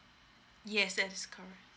yes that's correct